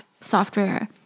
software